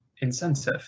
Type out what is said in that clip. incentive